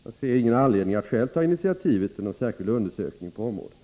Jag ser ingen anledning att själv ta initiativet till någon särskild undersökning på området.